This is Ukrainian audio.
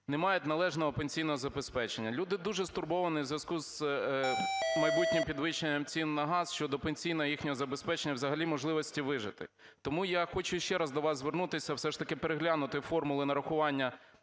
не мають належного пенсійного забезпечення. Люди дуже стурбовані в зв'язку з майбутнім підвищенням цін на газ щодо пенсійного їхнього забезпечення і взагалі можливості вижити. Тому я хочу ще раз до вас звернутися все ж таки переглянути формули нарахування